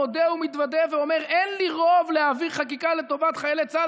מודה ומתוודה ואומר: אין לי רוב להעביר חקיקה לטובת חיילי צה"ל,